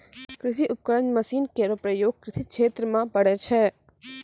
कृषि उपकरण मसीन केरो प्रयोग कृषि क्षेत्र म पड़ै छै